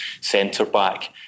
centre-back